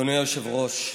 אדוני היושב-ראש,